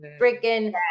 freaking